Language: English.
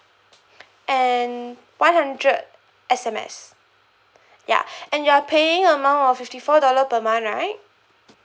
and one hundred S_M_S ya and you are paying amount of fifty four dollar per month right